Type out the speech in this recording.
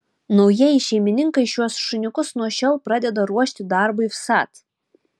naujieji šeimininkai šiuos šuniukus nuo šiol pradeda ruošti darbui vsat